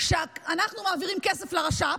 שאנחנו מעבירים כסף לרש"פ,